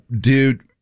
dude